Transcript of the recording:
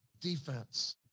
Defense